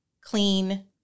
clean